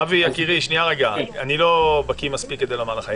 אבי, אני לא בקיא מספיק כדי לומר לך.